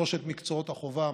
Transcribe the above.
שלושת מקצועות החובה,